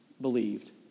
believed